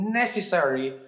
necessary